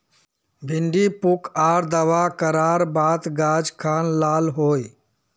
भिन्डी पुक आर दावा करार बात गाज खान लाल होए?